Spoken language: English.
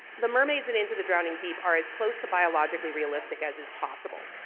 the mermaids in into the drowning deep are as close to biologically realistic as is possible.